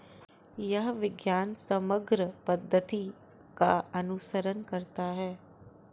यह विज्ञान समग्र पद्धति का अनुसरण करता है